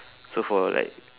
so for like